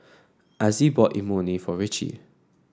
Azzie bought Imoni for Ritchie